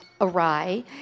awry